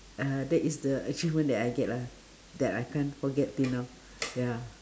uh that is the achievement that I get lah that I can't forget till now ya